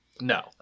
No